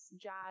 jazz